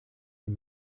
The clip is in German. dem